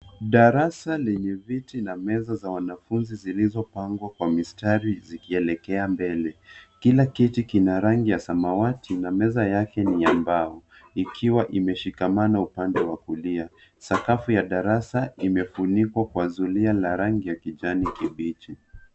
Darasa lenye viti na meza za wanafunzi zilizopangwa kwa mistari zikielekea mbele. Kila kiti kina rangi ya samawati na meza yake ni ya mbao ikiwa imeshikanana upande wa kulia. Sakafu ya darasa imefunikwa kwa zulia ya rangi ya kijani kibichi.